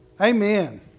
Amen